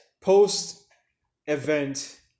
post-event